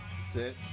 Sit